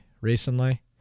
recently